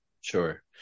Sure